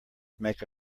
make